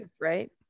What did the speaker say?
right